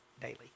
daily